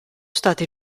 stati